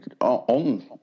on